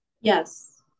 Yes